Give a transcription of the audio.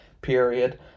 period